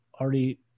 already